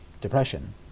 depression